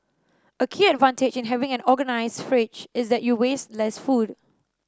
a key advantage in having an organised fridge is that you waste less food